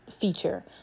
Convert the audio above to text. feature